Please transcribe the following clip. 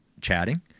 chatting